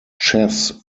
chess